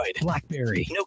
BlackBerry